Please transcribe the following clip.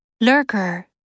Lurker